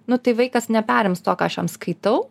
nu tai vaikas neperims to ką aš jam skaitau